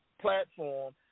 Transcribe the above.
platform